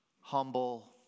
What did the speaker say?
humble